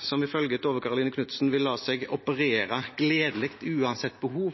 som ifølge Tove Karoline Knutsen gladelig vil la seg operere uansett behov